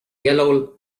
yellow